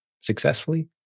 successfully